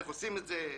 איך עושים את זה,